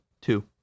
two